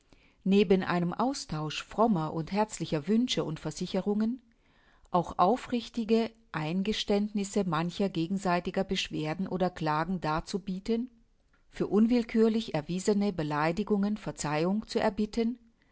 neben einem austausch frommer und herzlicher wünsche und versicherungen auch aufrichtige eingeständnisse mancher gegenseitiger beschwerden oder klagen darzubieten für unwillkürlich erwiesene beleidigungen verzeihung zu erbitten